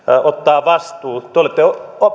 ottaa vastuu te te olette